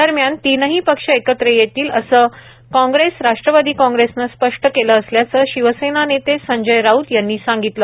दरम्यान तीन्ही पक्ष एकत्र येतील असं काँग्रेस राष्ट्रवादी काँग्रेस स्पष्ट केलं असल्याचं शिवसेना नेते संजय राऊत यांनी सांगितलं